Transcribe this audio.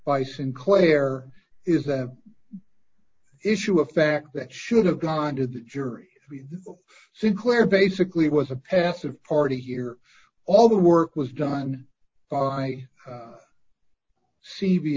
by sinclair is an issue of fact that should have gone to the jury sinclair basically was a passive party here all the work was done by